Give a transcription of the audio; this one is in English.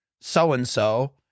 So-and-so